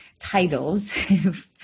titles